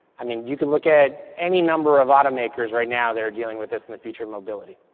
i mean you could look at any number of auto makers right now that are dealing with this in the future of mobility.